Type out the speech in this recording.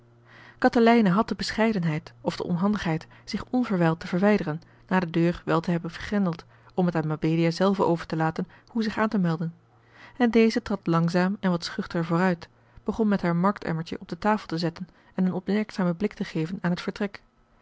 katelijne had de bescheidenheid of de onhandigheid zich onverwijld te verwijderen na de deur wel te hebben gegrendeld om het aan mabelia zelve over te laten hoe zich aan te melden en deze trad langzaam en wat schuchter vooruit begon met haar markt emmertje op de tafel te zetten en een opmerkzamen blik te geven aan het vertrek